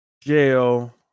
jail